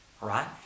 Right